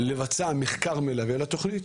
לבצע מחקר מלווה לתוכנית,